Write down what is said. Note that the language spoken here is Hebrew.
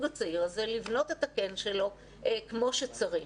הצעיר הזה לבנות את הקן שלו כמו שצריך.